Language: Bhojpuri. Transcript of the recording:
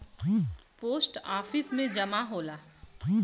पोस्ट आफिस में जमा होला